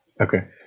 Okay